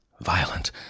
Violent